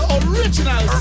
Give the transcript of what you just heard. original